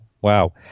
wow